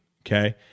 okay